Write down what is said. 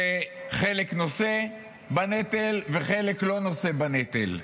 כשחלק נושא בנטל וחלק לא נושא בנטל,